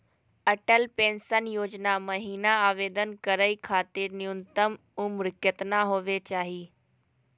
Atal pension योजना महिना आवेदन करै खातिर न्युनतम उम्र केतना होवे चाही?